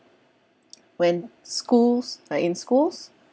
when schools like in schools